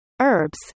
herbs